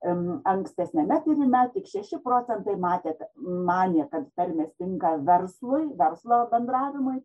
ankstesniame tyrime tik šeši procentai matėt manė kad tarmės tinka verslui verslo bendravimui